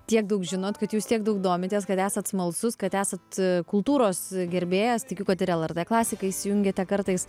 tiek daug žinot kad jūs tiek daug domitės kad esat smalsus kad esat kultūros gerbėjas tikiu kad ir lrt klasiką įsijungiate kartais